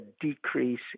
decrease